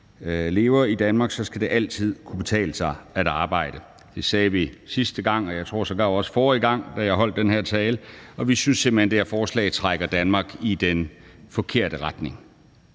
lever i Danmark, skal det altid kunne betale sig at arbejde. Det sagde vi sidste gang, og jeg tror sågar også, jeg sagde det, forrige gang jeg holdt den her tale. Vi synes simpelt hen, at det her forslag trækker Danmark i den forkerte retning.